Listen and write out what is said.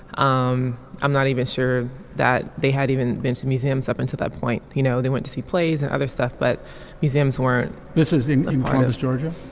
um i'm not even sure that they had even been to museums up until that point. you know they went to see plays and other stuff but museums weren't. this is in georgia.